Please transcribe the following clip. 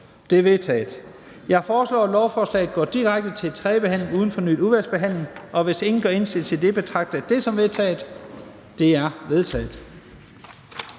De er vedtaget. Jeg foreslår, at lovforslaget går direkte til tredje behandling uden fornyet udvalgsbehandling. Hvis ingen gør indsigelse, betragter jeg det som vedtaget.